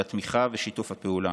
על התמיכה ושיתוף הפעולה,